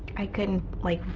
i couldn't, like,